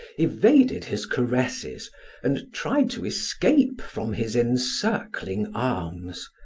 evaded his caresses and tried to escape from his encircling arms.